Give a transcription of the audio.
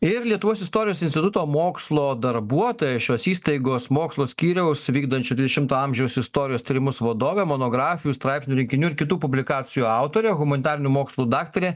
ir lietuvos istorijos instituto mokslo darbuotoja šios įstaigos mokslo skyriaus vykdančių dvidešimto amžiaus istorijos tyrimus vadovė monografijų straipsnių rinkinių ir kitų publikacijų autorė humanitarinių mokslų daktarė